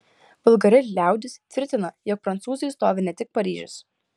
vulgari liaudis tvirtina jog prancūzui stovi ne tik paryžius